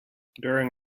during